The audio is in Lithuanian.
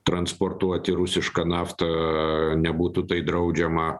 transportuoti rusišką naftą nebūtų tai draudžiama